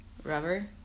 Rubber